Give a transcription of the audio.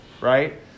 right